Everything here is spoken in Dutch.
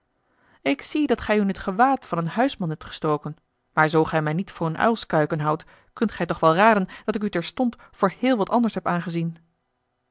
ik zie dat gij u in het gewaad van een huisman hebt gestoken maar zoo gij mij niet voor een uilskuiken houdt kunt gij toch wel raden dat ik u terstond voor heel wat anders heb aangezien